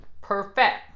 perfect